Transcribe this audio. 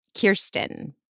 Kirsten